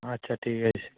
আচ্ছা ঠিক আছে